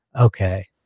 okay